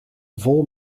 vol